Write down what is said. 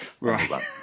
Right